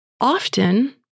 Often